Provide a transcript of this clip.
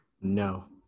No